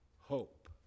hope